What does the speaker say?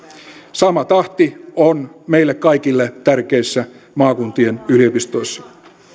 sama tahti on meille kaikille tärkeissä maakuntien yliopistoissa